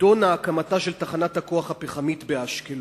נדונה הקמתה של תחנת הכוח הפחמית באשקלון,